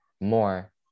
more